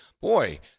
boy